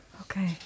Okay